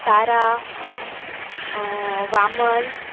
Tara Vaman